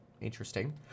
Interesting